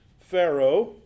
Pharaoh